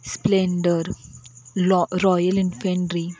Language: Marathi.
Splendor law royal infantry